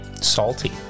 Salty